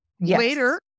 Later